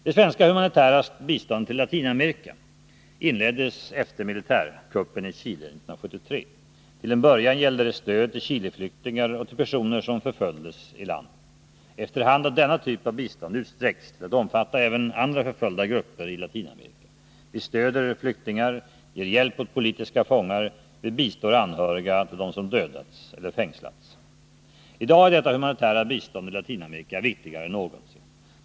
Det svenska humanitära biståndet i Latinamerika inleddes efter militärkuppen i Chile 1973. Till en början gällde det stöd till Chile-flyktingar och till personer, som förföljdes i landet. Efter hand har denna typ av bistånd utsträckts till att omfatta även andra förföljda grupper i Latinamerika. Vi stöder flyktingar, ger hjälp åt politiska fångar, vi bistår anhöriga till dem som dödats eller fängslats. I dag är detta humanitära bistånd i Latinamerika viktigare än någonsin.